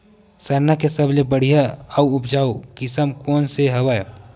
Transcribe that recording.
सरना के सबले बढ़िया आऊ उपजाऊ किसम कोन से हवय?